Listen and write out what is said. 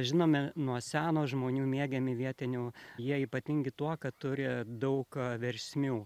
žinomi nuo seno žmonių mėgiami vietinių jie ypatingi tuo kad turi daug versmių